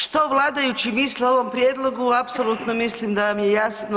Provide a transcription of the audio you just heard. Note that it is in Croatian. Što vladajući misle u ovom prijedlogu apsolutno mislim da vam je jasno.